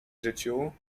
życiu